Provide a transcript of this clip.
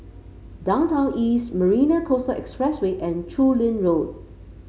Downtown East Marina Coastal Expressway and Chu Lin Road